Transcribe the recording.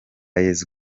yesu